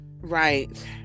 Right